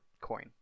coin